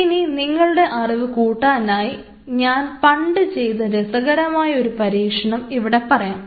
ഇനി നിങ്ങളുടെ അറിവ് കൂട്ടാനായി ഞാൻ പണ്ട് ചെയ്ത രസകരമായ ഒരു പരീക്ഷണം ഇവിടെ പറയാം